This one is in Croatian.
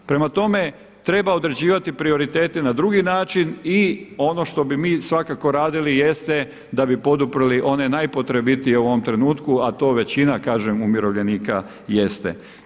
Prema tome treba određivati prioritete na drugi način i ono što bi mi svakako radili jeste da bi poduprli one najpotrebitije u ovom trenutku a to većina kažem umirovljenika jeste.